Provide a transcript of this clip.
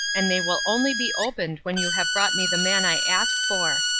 and they will only be opened when you have brought me the man i ask for.